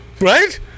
right